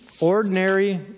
ordinary